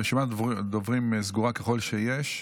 רשימת הדוברים סגורה, ככל שיש.